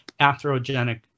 atherogenic